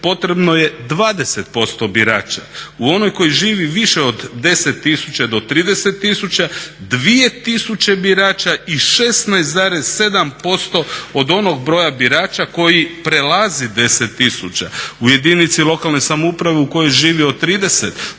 potrebno je 20% birača. U onoj u kojoj živi više od 10 000 do 30 000, 2000 birača i 16,7% od onog broja birača koji prelazi 10 000. U jedinici lokalne samouprave u kojoj živi od 30 000